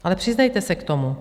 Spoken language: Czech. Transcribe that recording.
Ale přiznejte se k tomu.